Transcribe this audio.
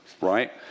right